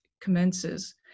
commences